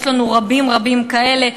יש לנו רבים רבים כאלה.